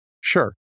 sure